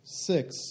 Six